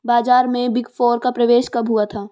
बाजार में big four का प्रवेश कब हुआ था?